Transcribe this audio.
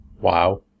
Wow